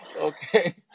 Okay